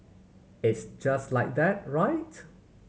it's just like that right